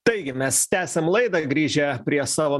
taigi mes tęsiam laidą grįžę prie savo